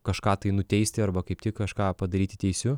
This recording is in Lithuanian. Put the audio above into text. kažką tai nuteisti arba kaip tik kažką padaryti teisiu